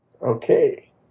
Okay